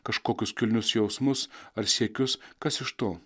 kažkokius kilnius jausmus ar siekius kas iš to